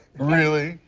really.